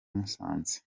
musanze